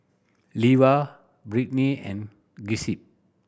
Levar Brittnie and Giuseppe